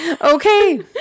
Okay